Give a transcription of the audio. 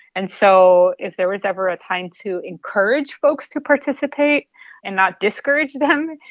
and so if there was ever a time to encourage folks to participate and not discourage them,